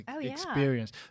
experience